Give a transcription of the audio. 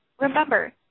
Remember